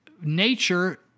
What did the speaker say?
nature